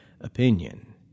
opinion